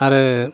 आरो